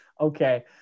Okay